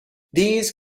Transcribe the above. these